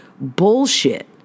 bullshit